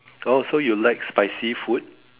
oh so you like spicy food